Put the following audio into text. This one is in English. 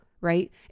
right